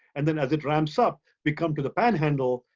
and then as it ramps up, we come to the panhandle,